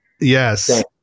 Yes